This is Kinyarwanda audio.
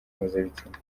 mpuzabitsina